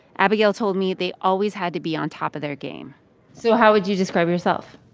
abigail told me they always had to be on top of their game so how would you describe yourself?